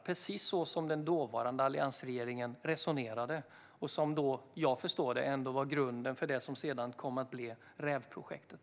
Det var precis så den dåvarande alliansregeringen resonerade, vilket som jag förstår det var grunden för det som sedan kom att bli RÄV-projektet.